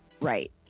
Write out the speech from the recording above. right